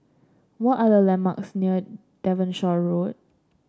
what are the landmarks near Devonshire Road